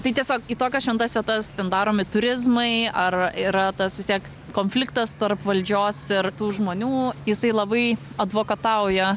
tai tiesiog į tokias šventas vietas ten daromi turizmai ar yra tas vis tiek konfliktas tarp valdžios ir tų žmonių isai labai advokatauja